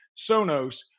Sonos